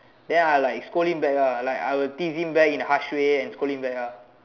then I like scold him back ah like I will tease him back in a harsh way and scold him back ah